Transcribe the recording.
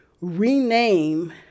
rename